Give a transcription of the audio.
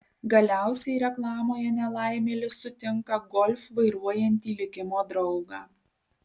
galiausiai reklamoje nelaimėlis sutinka golf vairuojantį likimo draugą